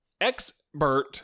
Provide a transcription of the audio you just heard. expert